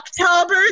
October